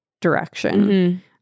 Direction